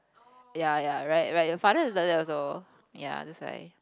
ya ya right right your father is like that also ya that's why